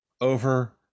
over